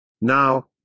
Now